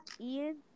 Ian